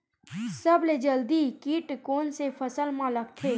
सबले जल्दी कीट कोन से फसल मा लगथे?